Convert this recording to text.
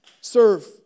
Serve